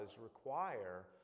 require